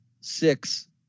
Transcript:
six